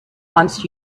wants